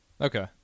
okay